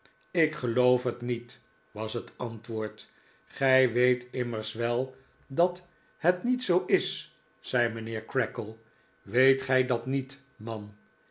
ik geloof het niet was het antwoord gij weet immers wel dat het niet zoo is zei mijnheer creakle weet gij dat niet man